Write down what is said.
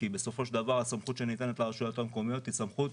כי הסמכות שניתנת לרשויות המקומיות היא סמכות